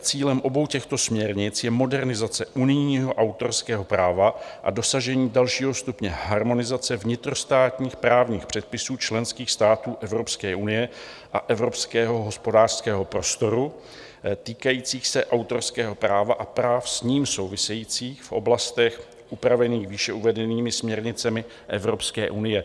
Cílem obou těchto směrnic je modernizace unijního autorského práva a dosažení dalšího stupně harmonizace vnitrostátních právních předpisů členských států Evropské unie a evropského hospodářského prostoru, týkající se autorského práva a práv s ním souvisejících v oblastech upravených výše uvedenými směrnicemi Evropské unie.